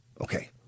Okay